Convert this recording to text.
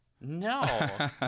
No